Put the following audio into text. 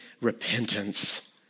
repentance